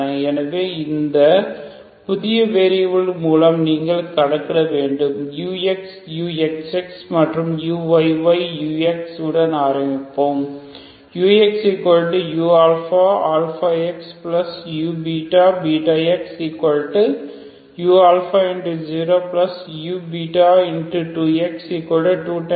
எனவே இந்த புதிய வெரியபில்கள் மூலம் நீங்கள் கணக்கிட வேண்டும் ux uxx மற்றும் uyy ux உடன் ஆரம்பிப்போம் uxuxuxu